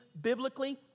biblically